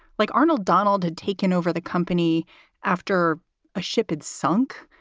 like arnold, donald had taken over the company after a ship had sunk.